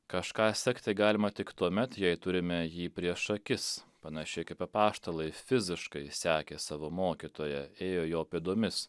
kažką sekti galima tik tuomet jei turime jį prieš akis panašiai kaip apaštalai fiziškai sekė savo mokytoją ėjo jo pėdomis